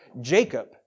Jacob